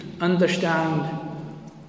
understand